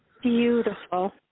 Beautiful